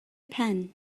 pen